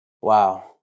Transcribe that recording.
Wow